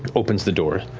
opens the door.